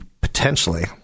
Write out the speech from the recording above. potentially